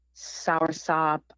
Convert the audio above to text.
soursop